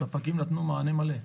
הספקים נתנו מענה מלא.